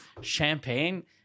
champagne